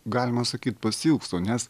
galima sakyt pasiilgstu nes